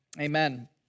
Amen